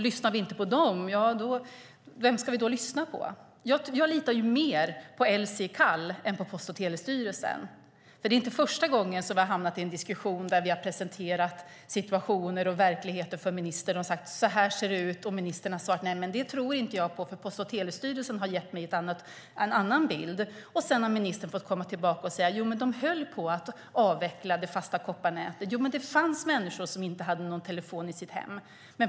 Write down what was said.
Lyssnar vi inte på dem, vem ska vi då lyssna på? Jag litar mer på Elsie i Kall än på Post och telestyrelsen. Det är inte första gången som vi har hamnat i en diskussion där vi har presenterat situationer och verkligheter för ministern och talat om hur det ser ut och ministern har svarat: Nej, men det tror jag inte på, för Post och telestyrelsen har gett mig en annan bild. Sedan har ministern fått komma tillbaka och säga: Jo, men de höll på att avveckla det fasta kopparnätet. Jo, men det fanns människor som inte hade någon telefon i sitt hem.